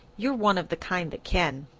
you're one of the kind that can.